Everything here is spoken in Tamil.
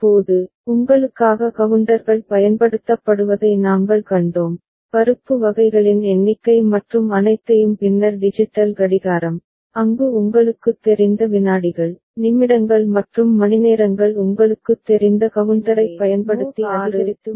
இப்போது உங்களுக்காக கவுண்டர்கள் பயன்படுத்தப்படுவதை நாங்கள் கண்டோம் பருப்பு வகைகளின் எண்ணிக்கை மற்றும் அனைத்தையும் பின்னர் டிஜிட்டல் கடிகாரம் அங்கு உங்களுக்குத் தெரிந்த விநாடிகள் நிமிடங்கள் மற்றும் மணிநேரங்கள் உங்களுக்குத் தெரிந்த கவுண்டரைப் பயன்படுத்தி அதிகரித்து வருகின்றன